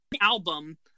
album